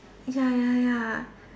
ya ya ya